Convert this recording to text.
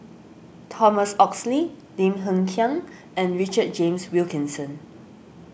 Thomas Oxley Lim Hng Kiang and Richard James Wilkinson